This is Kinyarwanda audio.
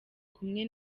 kumwe